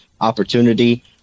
opportunity